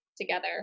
together